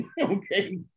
okay